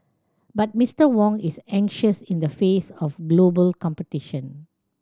but Mister Wong is anxious in the face of global competition